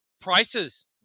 prices